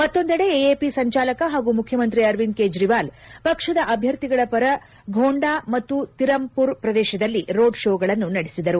ಮತ್ತೊಂದೆಡೆ ಎಪಿ ಸಂಚಾಲಕ ಹಾಗೂ ಮುಖ್ಯಮಂತ್ರಿ ಅರವಿಂದ್ ಕೇಜ್ರಿವಾಲ್ ಪಕ್ಷದ ಅಭ್ಯರ್ಥಿಗಳ ಪರ ಘೋಂಡಾ ಮತ್ತು ತಿಮರ್ಪುರ್ ಪ್ರದೇಶದಲ್ಲಿ ರೋಡ್ ಶೋಗಳನ್ನು ನಡೆಸಿದರು